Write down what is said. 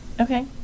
Okay